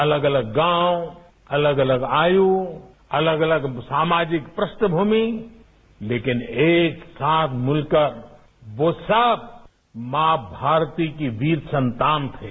अलग अलग गांव अलग अलग आयोग अलग अलग सामाजिक पृष्ठभूमि लेकिन एक साथ मिलकर वो सब मां भारती की वीर संतान थे